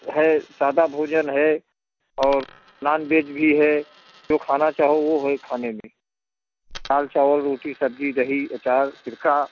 है सादा भोजन है और नॉन वेज भी है जो खाना चाहो वो है खाने में दाल चावल रोटी सब्ज़ी दही अचार तीर्खा